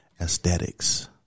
Aesthetics